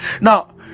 Now